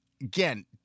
Again